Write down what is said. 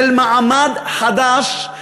של מעמד חדש,